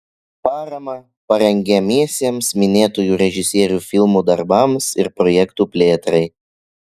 paramą parengiamiesiems minėtųjų režisierių filmų darbams ir projektų plėtrai